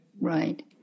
right